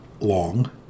long